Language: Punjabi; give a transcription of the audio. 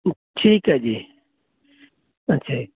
ਠੀਕ ਹੈ ਜੀ ਅੱਛਾ ਜੀ